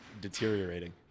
deteriorating